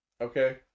Okay